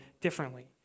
differently